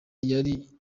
yari